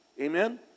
Amen